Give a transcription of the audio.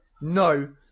No